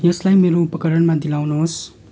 यसलाई मेरो उपकरणमा दिलाउनुहोस्